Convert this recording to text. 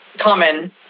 common